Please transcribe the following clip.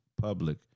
public